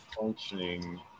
functioning